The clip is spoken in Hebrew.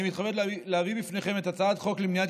אני מתכבד להביא בפניכם את הצעת חוק למניעת